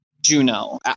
Juno